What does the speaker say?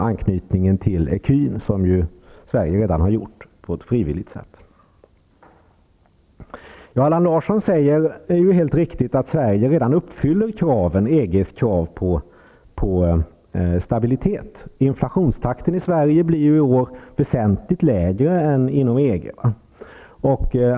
anknytningen till ecun, som ju Sverige redan har gjort på ett frivilligt sätt. Allan Larsson säger, och det är helt riktigt, att Sverige redan uppfyller EG:s krav på stabilitet. Inflationstakten i Sverige blir i år väsentligt lägre än inom EG.